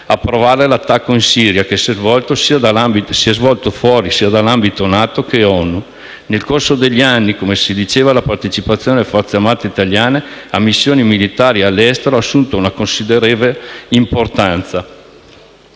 approvare l'attacco in Siria, che si è svolto fuori sia dall'ambito NATO che ONU. Nel corso degli anni la partecipazione delle Forze armate italiane a missioni militari all'estero ha assunto una considerevole importanza.